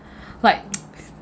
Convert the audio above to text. like